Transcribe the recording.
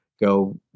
go